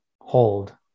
hold